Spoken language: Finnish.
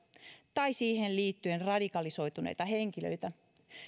tai siihen liittyen radikalisoituneita henkilöitä